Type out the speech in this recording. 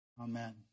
Amen